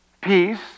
peace